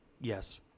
Yes